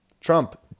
Trump